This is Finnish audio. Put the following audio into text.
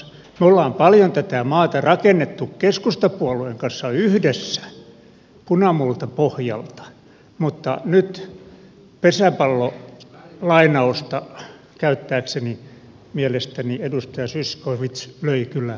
me olemme paljon tätä maata rakentaneet keskustapuolueen kanssa yhdessä punamultapohjalta mutta nyt pesäpallolainausta käyttääkseni mielestäni edustaja zyskowicz löi kyllä hutilyönnin